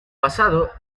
pasado